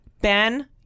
ben